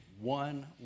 one